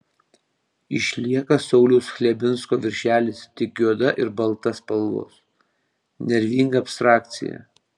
išlieka sauliaus chlebinsko viršelis tik juoda ir balta spalvos nervinga abstrakcija